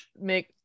make